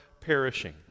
perishing